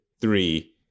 three